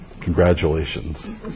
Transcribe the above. Congratulations